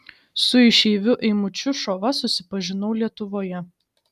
su išeiviu eimučiu šova susipažinau lietuvoje